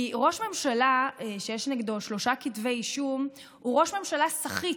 כי ראש ממשלה שיש נגדו שלושה כתבי אישום הוא ראש ממשלה סחיט,